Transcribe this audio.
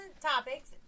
topics